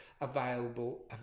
available